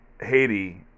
Haiti